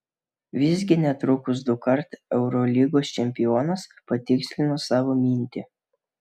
visgi netrukus dukart eurolygos čempionas patikslino savo mintį